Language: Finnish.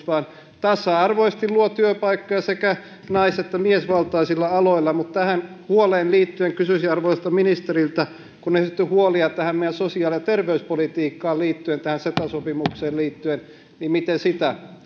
vaan tasa arvoisesti työpaikkoja sekä nais että miesvaltaisilla aloilla mutta tähän puoleen liittyen kysyisin arvoisalta ministeriltä kun on esitetty huolia meidän sosiaali ja terveyspolitiikkaan liittyen tähän ceta sopimukseen liittyen niin miten sitä